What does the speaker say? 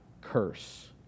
curse